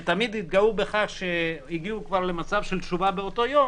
שתמיד התגאו בכך שהגיעו למצב של תשובה באותו יום,